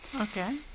okay